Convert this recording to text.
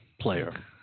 player